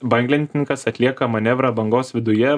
banglentininkas atlieka manevrą bangos viduje